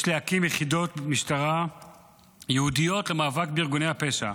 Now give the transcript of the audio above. יש להקים יחידות משטרה ייעודיות למאבק בארגוני הפשע,